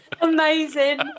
Amazing